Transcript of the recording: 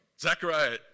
Zechariah